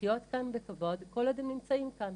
לחיות כאן בכבוד כל עוד הם נמצאים כאן.